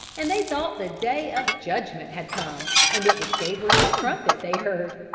and they thought the day of judgment had come and it was gabriel's trumpet they heard.